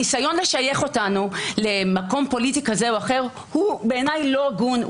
הניסיון לשייך אותנו למקום פוליטי כזה או אחר הוא בעיניי לא הגון,